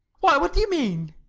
what do you mean?